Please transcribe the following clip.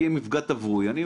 יהיה מפגע תברואתי,